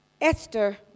Esther